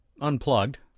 unplugged